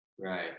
Right